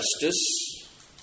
Justice